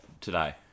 today